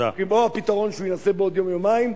כמו הפתרון שהוא יעשה בעוד יום-יומיים,